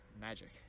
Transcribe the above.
Magic